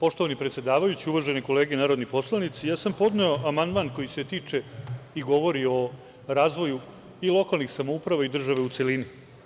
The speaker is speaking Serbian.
Poštovani predsedavajući, uvažene kolege narodni poslanici, podneo sam amandman koji se tiče i govori o razvoju i lokalnih samouprava i države u celini.